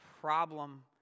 problem